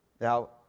now